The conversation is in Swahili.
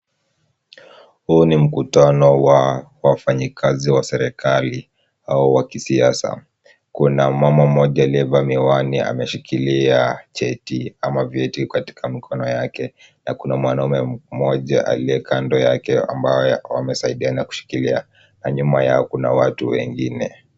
Huu ni mkutano wa wafanyikazi wa serikali au wa kisiasa. Kuna mama mmoja aliyevaa miwani ameshikilia cheti ama vyeti katika mikono yake na kuna mwanaume mmoja aliye kando yake ambaye wameisaidiana kushikilia na nyuma yao, kuna watu wengine.